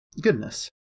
Goodness